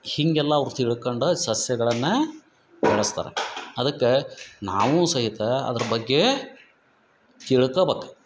ಹೀಗೆಲ್ಲ ಅವ್ರು ತಿಳ್ಕಂಡ ಸಸ್ಯಗಳನ್ನ ಬೆಳಸ್ತಾರೆ ಅದಕ್ಕ ನಾವು ಸಹಿತ ಅದ್ರ ಬಗ್ಗೆ ತಿಳ್ಕಬಕು